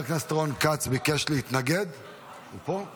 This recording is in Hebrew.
חבר הכנסת רון כץ ביקש להתנגד, הוא פה?